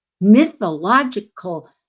mythological